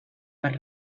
per